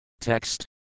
TEXT